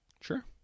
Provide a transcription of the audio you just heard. Sure